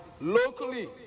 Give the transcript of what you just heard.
locally